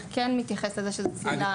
כן מתייחס לזה שזוהי צלילה אחת ביום.